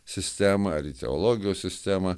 sistemą ar į teologijos sistemą